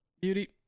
Beauty